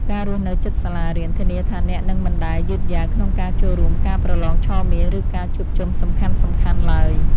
ការរស់នៅជិតសាលារៀនធានាថាអ្នកនឹងមិនដែលយឺតយ៉ាវក្នុងការចូលរួមការប្រឡងឆមាស ឬការជួបជុំសំខាន់ៗឡើយ។